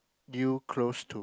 you close to